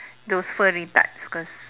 those furry types because